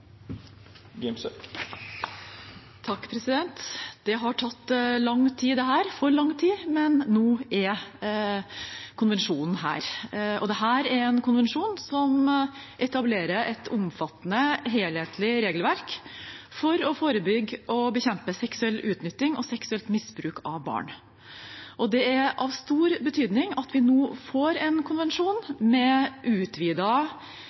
har tatt lang tid, for lang tid, men nå er konvensjonen her. Dette er en konvensjon som etablerer et omfattende, helhetlig regelverk for å forebygge og bekjempe seksuell utnytting og seksuelt misbruk av barn. Det er av stor betydning at vi nå får en konvensjon,